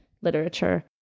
literature